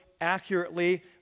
accurately